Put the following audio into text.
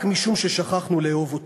רק משום ששכחנו לאהוב אותו.